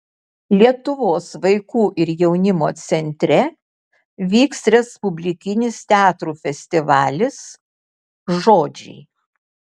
lietuvos vaikų ir jaunimo centre vyks respublikinis teatrų festivalis žodžiai